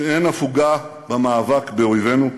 שאין הפוגה במאבק באויבינו.